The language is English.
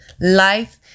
Life